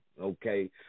okay